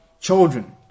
children